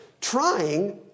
trying